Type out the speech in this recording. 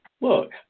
Look